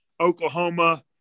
Oklahoma